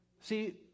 See